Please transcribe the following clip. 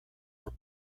are